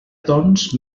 doncs